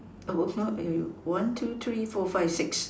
that was one one two three four five six